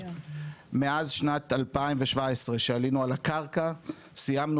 מאז שנת 2017 שעלינו על הקרקע סיימנו